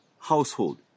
household